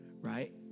right